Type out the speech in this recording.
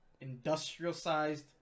industrial-sized